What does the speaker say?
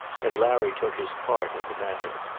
and larry took his part in the matter.